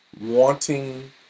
wanting